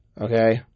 Okay